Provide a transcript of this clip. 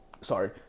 sorry